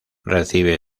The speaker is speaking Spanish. recibe